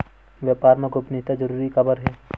व्यापार मा गोपनीयता जरूरी काबर हे?